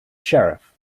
sheriff